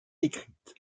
écrite